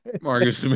Marcus